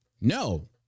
No